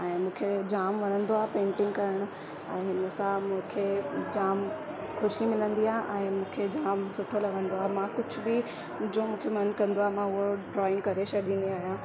ऐं मूंखे जाम वणंदो आहे पेंटिंग करण ऐं हिन सां मूंखे जाम ख़ुशी मिलंदी आहे ऐं मूंखे जाम सुठो लॻंदो आहे मां कुझु बि जो मूंखे मन कंदो आहे मां उहो ड्रॉइंग करे छॾंदी आहियां